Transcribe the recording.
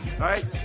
right